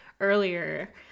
earlier